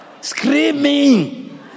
screaming